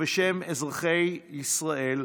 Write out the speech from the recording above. ובשם אזרחי ישראל,